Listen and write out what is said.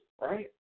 right